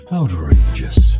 outrageous